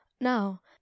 now